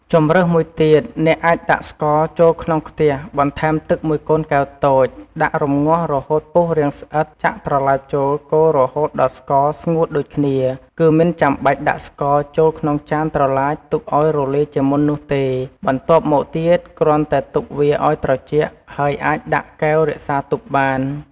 ជម្រើសមួយទៀត អ្នកអាចដាក់ស្ករចូលក្នុងខ្ទះ បន្ថែមទឹកមួយកូនកែវតូច ដាក់រំងាស់រហូតពុះរាងស្អិត ចាក់ត្រឡាចចូលកូររហូតដល់ស្ករស្ងួតដូចគ្នា គឺមិនចាំបាច់ដាក់ស្ករ ចូលក្នុងចានត្រឡាចទុកឱ្យរលាយជាមុននោះទេ បន្ទាប់មកទៀតគ្រាន់តែទុកវាឱ្យត្រជាក់ ហើយអាចដាក់កែវរក្សាទុកបាន។